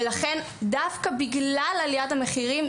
דווקא בגלל עליית המחירים,